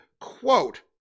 quote